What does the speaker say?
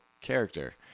character